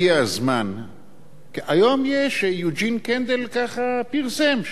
היום יוג'ין קנדל ככה פרסם,